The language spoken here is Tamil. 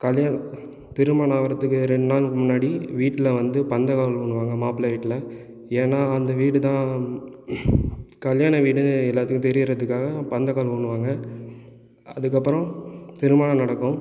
கல்யாண திருமணம் ஆவறதுக்கு ரெண்டு நாளுக்கு முன்னாடி வீட்டில் வந்து பந்தக்கால் ஊனுவாங்க மாப்பிள்ளை வீட்டில் ஏன்னால் அந்த வீடுதான் கல்யாண வீடுனு எல்லாத்துக்கும் தெரியறதுக்காகப் பந்தக்கால் ஊனுவாங்க அதுக்கப்புறம் திருமணம் நடக்கும்